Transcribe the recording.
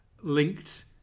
linked